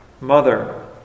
mother